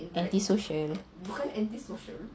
antisocial